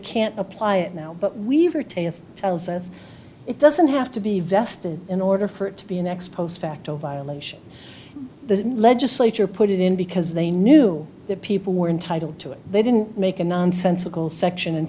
can't apply it now but weaver to tells us it doesn't have to be vested in order for it to be an ex post facto violation the legislature put it in because they knew that people were entitled to it they didn't make a nonsensical section and